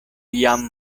jam